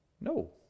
No